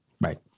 right